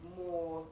more